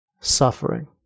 suffering